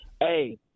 hey